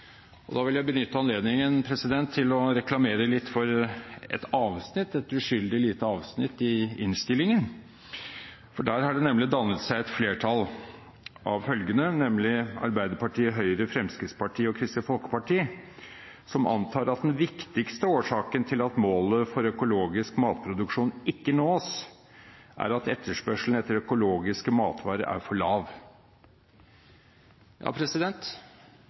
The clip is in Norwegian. målsetting. Da vil jeg benytte anledningen til å reklamere litt for et uskyldig lite avsnitt i innstillingen, for der har det nemlig dannet seg et flertall av Arbeiderpartiet, Høyre, Fremskrittspartiet og Kristelig Folkeparti, som «antar at den viktigste årsaken til at målet for økologisk matproduksjon ikke nås, er at etterspørselen etter økologiske matvarer er for lav». Ja,